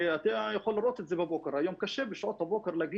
ואתה יכול לראות שקשה להגיע